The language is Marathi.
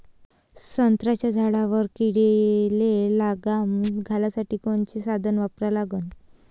संत्र्याच्या झाडावर किडीले लगाम घालासाठी कोनचे साधनं वापरा लागन?